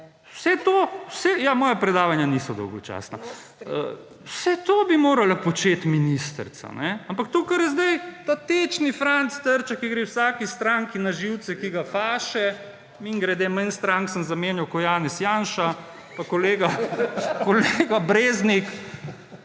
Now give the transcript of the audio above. moja predavanja niso dolgočasna… Vse to bi morala početi ministrica. Ampak to, kar je zdaj ta tečni Franc Trček, ki gre vsaki stranki na živce, ki ga faše; mimogrede, manj strank sem zamenjal kot Janez Janša pa kolega Breznik.